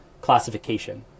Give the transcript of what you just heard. classification